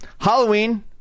halloween